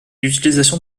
l’utilisation